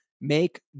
make